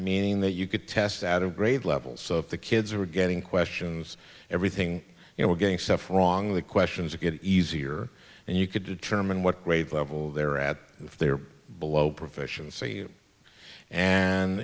meaning that you could test out of grade levels of the kids are getting questions everything you know getting stuff wrong the questions get easier and you could determine what grade level they're at if they're below proficiency and